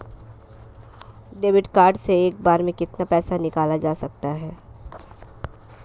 Debit card से एक बार में कितना पैसा निकाला जा सकता है?